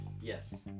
Yes